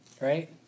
Right